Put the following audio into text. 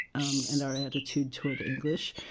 um and our attitude toward english.